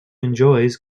enjoys